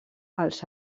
els